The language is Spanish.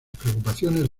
preocupaciones